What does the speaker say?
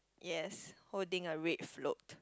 yes holding a red float